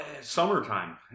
summertime